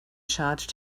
charged